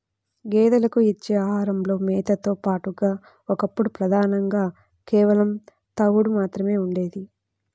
గేదెలకు ఇచ్చే ఆహారంలో మేతతో పాటుగా ఒకప్పుడు ప్రధానంగా కేవలం తవుడు మాత్రమే ఉండేది